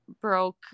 broke